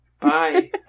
Bye